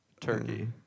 turkey